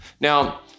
Now